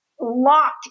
locked